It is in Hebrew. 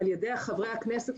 לצערי על ידי חברי הכנסת,